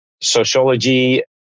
sociology